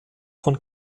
von